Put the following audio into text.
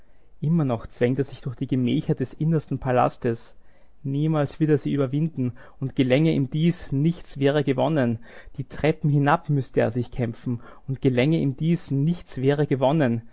immer noch zwängt er sich durch die gemächer des innersten palastes niemals wird er sie überwinden und gelänge ihm dies nichts wäre gewonnen die treppen hinab müßte er sich kämpfen und gelänge ihm dies nichts wäre gewonnen